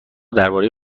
درباره